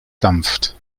dampft